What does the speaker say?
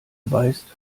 weißt